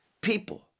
people